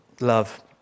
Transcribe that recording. love